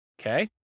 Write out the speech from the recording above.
Okay